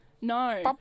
No